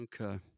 Okay